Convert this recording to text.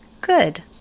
Good